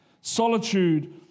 Solitude